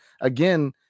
again